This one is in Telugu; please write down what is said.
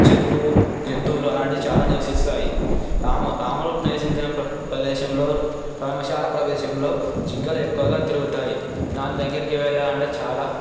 చెట్లు జంతువులు అలాంటి చాలా నివసిస్తాయి రాము రాముడు నివసించిన ప్రదేశంలో పరమశాల ప్రవేశంలో జింకలు ఎక్కువగా తిరుగుతాయి దాని దగ్గరికి వెళ్లాలంటే చాలా